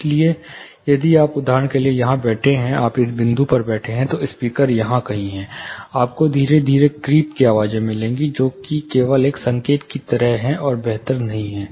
इसलिए यदि आप उदाहरण के लिए यहां बैठे हैं यदि आप इस बिंदु पर बैठे हैं तो स्पीकर यहां कहीं है आपको धीरे धीरे क्रीप की आवाज़ मिलेगी जो कि केवल एक संकेत की तरह है और बेहतर नहीं है